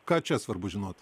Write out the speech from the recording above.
ką čia svarbu žinot